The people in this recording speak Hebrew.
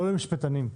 לא למשפטנים.